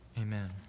amen